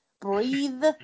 breathe